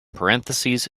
parentheses